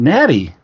Natty